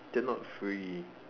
they're not free